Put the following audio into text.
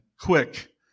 quick